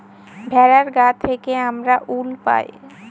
ভেড়ার গা থেকে আমরা উল পাই